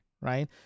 right